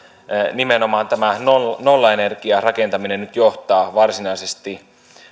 nimenomaan tämä nollaenergiarakentaminen nyt johtaa varsinaisesti